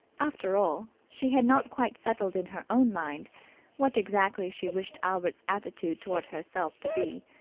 after all, she had not quite settled in her own mind what exactly she wished albert's attitude towards herself to be.